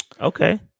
Okay